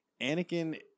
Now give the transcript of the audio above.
Anakin